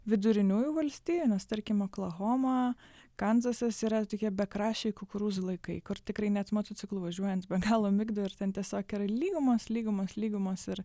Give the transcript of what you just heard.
viduriniųjų valstijų nes tarkim oklahoma kanzasas yra tokie bekraščiai kukurūzų laikai kur tikrai net motociklu važiuojant be galo migdo ir ten tiesiog yra lygumos lygumos lygumos ir